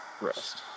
rest